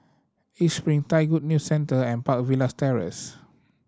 East Spring Thai Good New Centre and Park Villas Terrace